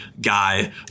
guy